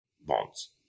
bonds